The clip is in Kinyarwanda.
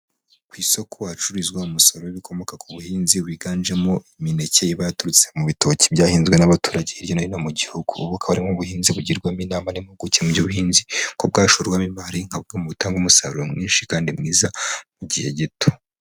Ku isoko ahacururizwa umusaro w'ibikomoka ku buhinzi, wiganjemo imineke ibayaturutse mu bitoki byahinzwe n'abaturage hirya no hino mu gihugu. Bukaba ari bumwe ubuhinzi bugirwamo inama n' impuguke mu by'ubuhinzi, kubwashoramo imari nka bumwe mu butanga umusaruro mwinshi kandi mwiza, mu gihe gito.